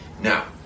Now